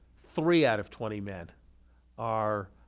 three out of twenty men are